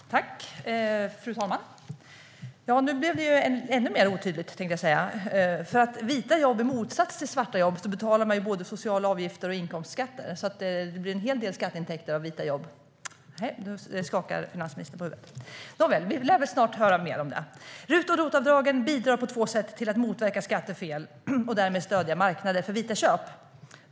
Fru talman! Nu blev det ännu mer otydligt. I motsats till svarta jobb betalar man både sociala avgifter och inkomstskatt för vita jobb. Det blir en hel del skatteintäkter av vita jobb - då skakar finansministern på huvudet. Nåväl, vi lär väl snart höra mer om det. RUT och ROT-avdragen bidrar på två sätt till att motverka skattefel och därmed stödja marknader för vita köp.